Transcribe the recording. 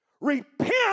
repent